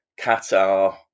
Qatar